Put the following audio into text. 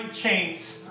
chains